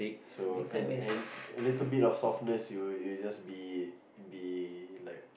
so and and a little bit of softness you you'll just be be like